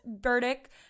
verdict